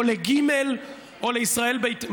או לג' או לישראל ביתנו.